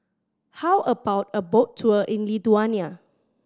how about a boat tour in Lithuania